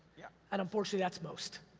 yeah. and unfortunately, that's most.